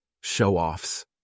show-offs